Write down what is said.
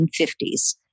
1950s